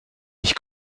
ich